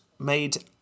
Made